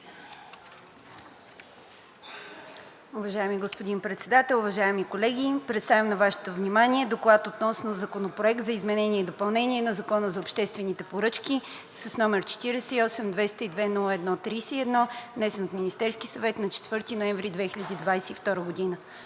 Уважаеми господин Председател, уважаеми колеги! Представям на Вашето внимание „ДОКЛАД относно Законопроект за изменение и допълнение на Закон за обществените поръчки, № 48-202-01-31, внесен от Министерския съвет на 4 ноември 2022 г.